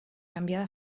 canviar